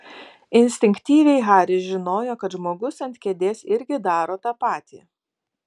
instinktyviai haris žinojo kad žmogus ant kėdės irgi daro tą patį